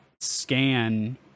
scan